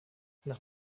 nach